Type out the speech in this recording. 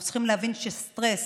אנחנו צריכים להבין שסטרס,